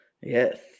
Yes